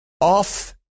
off